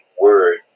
word